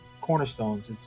cornerstones